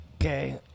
Okay